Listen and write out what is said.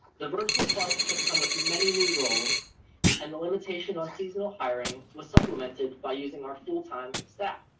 the virtual clubs have come with many new roles and the limitation on seasonal hiring was supplemented by using our full time staff.